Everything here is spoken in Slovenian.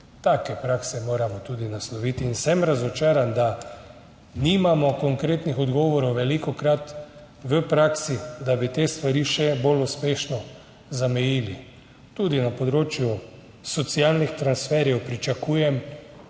Take prakse moramo tudi nasloviti in sem razočaran, da velikokrat nimamo konkretnih odgovorov v praksi, da bi te stvari še bolj uspešno zamejili. Tudi na področju socialnih transferjev pričakujem